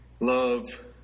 Love